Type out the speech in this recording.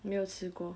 没有吃过